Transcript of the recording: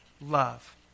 love